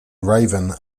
raven